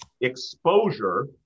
exposure